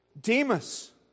Demas